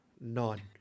None